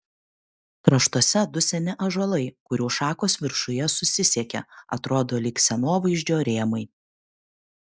kraštuose du seni ąžuolai kurių šakos viršuje susisiekia atrodo lyg scenovaizdžio rėmai